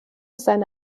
seine